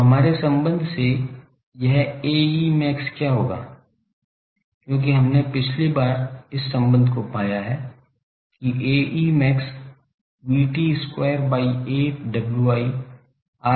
तो हमारे संबंध से यह Aa max क्या होगा क्योंकि हमने पिछली बार इस संबंध को पाया है कि Ae max VT square by 8 Wi RA plus RL है